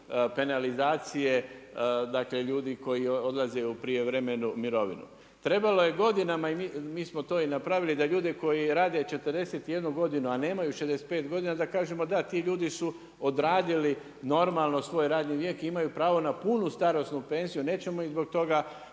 penalizacije dakle ljudi koji odlaze u prijevremenu mirovinu. Trebalo je godinama i mi smo to i napravili, da ljudi koji rade 41 godinu a nemaju 65 godina, da kažemo da, ti ljudi su odradili normalno svoj radni vijek i imaju pravo na punu starosnu penziju. Nećemo ih zbog toga